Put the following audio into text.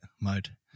mode